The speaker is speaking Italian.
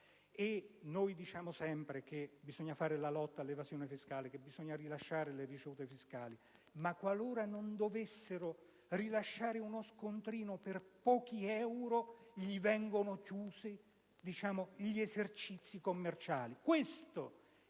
diciamo sempre che bisogna fare la lotta all'evasione fiscale e rilasciare le ricevute fiscali, ma qualora essi non dovessero rilasciare uno scontrino per pochi euro si vedono chiudere i loro esercizi commerciali.